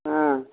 ஆ